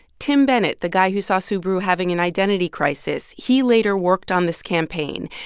tim bennett, the guy who saw subaru having an identity crisis, he later worked on this campaign.